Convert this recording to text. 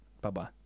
Bye-bye